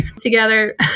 together